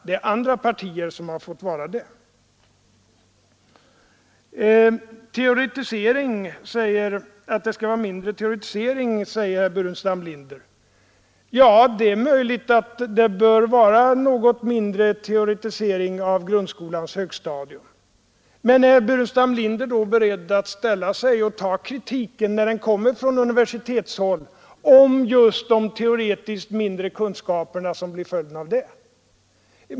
Det är andra partier som har fått vara det. Det skall vara mindre teoretisering, säger herr Burenstam Linder. Ja, det är möjligt att det bör vara något mindre teoretisering av grundskolans högstadium, men är herr Burenstam Linder då beredd att ställa sig upp och ta kritiken från universitetshåll just i fråga om de mindre teoretiska kunskaper som blir följden av det?